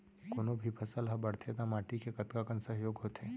कोनो भी फसल हा बड़थे ता माटी के कतका कन सहयोग होथे?